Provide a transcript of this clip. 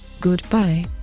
Goodbye